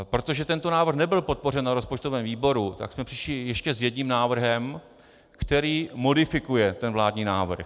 Protože tento návrh nebyl podpořen v rozpočtovém výboru, tak jsme přišli ještě s jedním návrhem, který modifikuje ten vládní návrh.